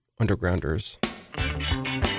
Undergrounders